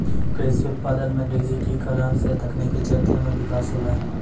कृषि उत्पादन मे डिजिटिकरण से तकनिकी क्षेत्र मे बिकास होलै